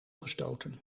gestoten